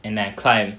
and I climb